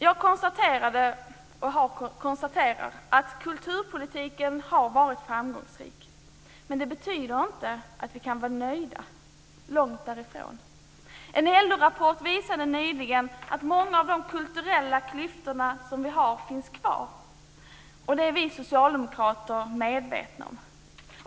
Jag konstaterade och konstaterar att kulturpolitiken har varit framgångsrik. Men det betyder självklart inte att vi kan vara nöjda - långt därifrån. En LO-rapport visade nyligen att många av de kulturella klyftorna som vi har finns kvar, och det är vi socialdemokrater medvetna om.